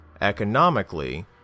Economically